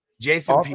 Jason